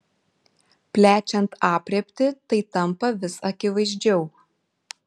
plečiant aprėptį tai tampa vis akivaizdžiau